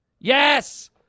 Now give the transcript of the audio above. Yes